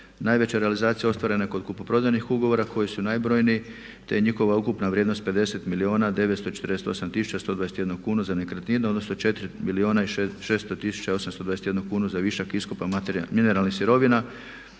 Najveća realizacija ostvarena je kod kupoprodajnih ugovora koji su najbrojniji te je njihova ukupna vrijednost 50 milijuna 948 tisuća i 121 kunu za nekretnine odnosno 4 milijuna i 600 tisuća 821 kunu za višak iskopa mineralnih sirovina